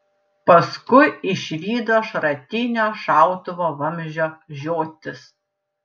paskui išvydo šratinio šautuvo vamzdžio žiotis